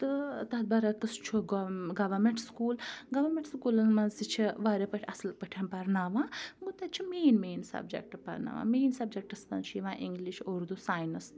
تہٕ تَتھ برعکٕس چھُ گور گورمٮ۪نٛٹ سکوٗل گورمٮ۪نٛٹ سکوٗلَن منٛز تہِ چھِ واریاہ پٲٹھۍ اَصٕل پٲٹھۍ پرناوان گوٚو تَتہِ چھِ مین مین سَبجَکٹ پرناوان مین سَبجَکٹَس منٛز چھِ یِوان اِنٛگلِش اُردوٗ ساینَسں